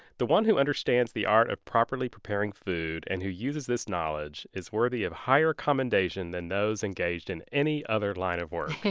the one who understands the art of properly preparing food, and who uses this knowledge, is worthy of higher commendation than those engaged in any other line of work.